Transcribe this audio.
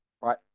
right